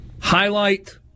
highlight